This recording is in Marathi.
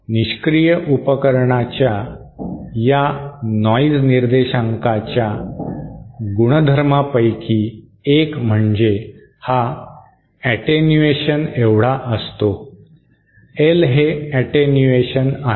निष्क्रिय उपकरणाच्या या नॉइज निर्देशांकाच्या गुणधर्मांपैकी एक म्हणजे हा अॅटेन्युएशन एवढा असतो एल हे अॅटेन्युएशन आहे